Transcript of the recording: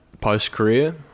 post-career